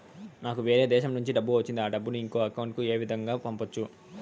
నాకు వేరే దేశము నుంచి డబ్బు వచ్చింది ఆ డబ్బును ఇంకొక అకౌంట్ ఏ విధంగా గ పంపొచ్చా?